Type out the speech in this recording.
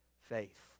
faith